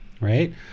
right